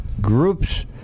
groups